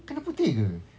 colour putih ke